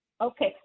Okay